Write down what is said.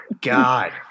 God